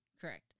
Correct